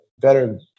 better